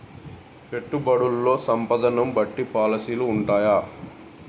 పెట్టుబడుల్లో సంపదను బట్టి పాలసీలు ఉంటయా?